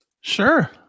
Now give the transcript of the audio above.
Sure